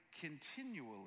continually